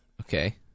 okay